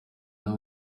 nabo